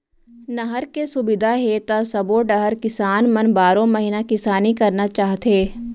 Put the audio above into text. नहर के सुबिधा हे त सबो डहर किसान मन बारो महिना किसानी करना चाहथे